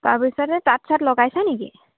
তাৰপিছত সেই তাঁত চাত লগাইছা নেকি